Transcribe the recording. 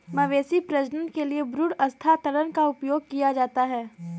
मवेशी प्रजनन के लिए भ्रूण स्थानांतरण का उपयोग किया जाता है